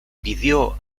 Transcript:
pidió